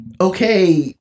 okay